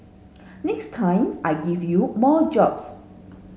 next time I give you more jobs